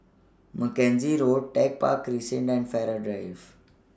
Mackenzie Road Tech Park Crescent and Farrer Drive